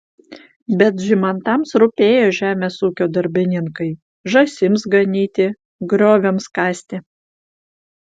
bet žymantams rūpėjo žemės ūkio darbininkai žąsims ganyti grioviams kasti